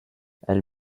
elle